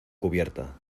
cubierta